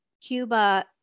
Cuba